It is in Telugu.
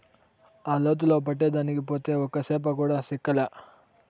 ఆ లోతులో పట్టేదానికి పోతే ఒక్క చేప కూడా చిక్కలా